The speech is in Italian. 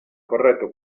corretto